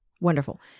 Wonderful